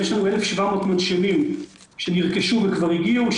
יש לנו 1,700 מנשמים שנרכשו וכבר הגיעו,